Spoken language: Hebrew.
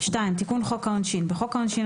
תיקון חוק העונשין בחוק העונשין,